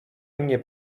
mnie